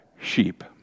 sheep